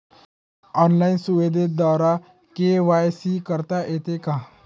Online सुविधेद्वारे KYC करता येते का?